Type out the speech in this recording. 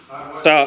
acte